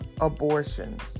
abortions